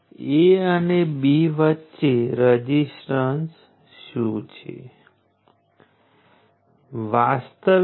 તેથી જો તમારી પાસે નેગેટિવ રઝિસ્ટન્સ હોય તો તે પાવર પ્રદાન કરશે કારણ કે સ્લોપ નેગેટિવ હશે